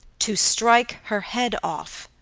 to strike her head off.